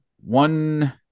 one